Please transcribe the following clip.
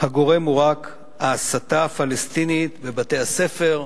הגורם הוא רק ההסתה הפלסטינית בבתי-הספר,